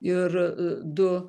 ir du